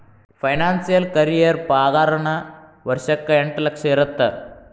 financial career ಪಾಗಾರನ ವರ್ಷಕ್ಕ ಎಂಟ್ ಲಕ್ಷ ಇರತ್ತ